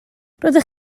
roeddech